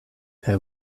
her